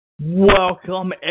Welcome